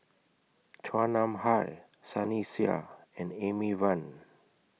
Chua Nam Hai Sunny Sia and Amy Van